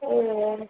ও